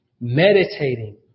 meditating